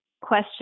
question